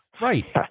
Right